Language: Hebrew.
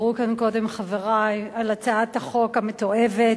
דיברו כאן קודם חברי על הצעת החוק המתועבת,